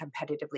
competitively